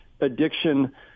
addiction